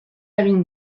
egin